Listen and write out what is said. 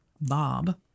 Bob